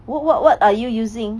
what what what are you using